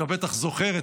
אתה בטח זוכר,